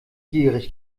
gierig